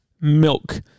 Milk